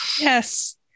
Yes